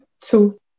two